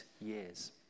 years